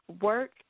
work